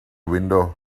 window